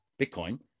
Bitcoin